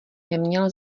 neměl